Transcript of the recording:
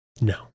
No